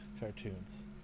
cartoons